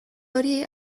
hori